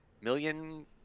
million